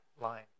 line